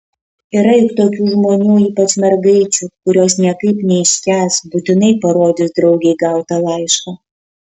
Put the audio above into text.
yra juk tokių žmonių ypač mergaičių kurios niekaip neiškęs būtinai parodys draugei gautą laišką